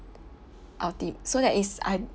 ulti~ so that is I